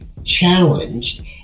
challenged